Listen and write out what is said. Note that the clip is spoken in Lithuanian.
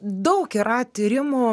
daug yra tyrimų